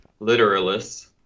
literalists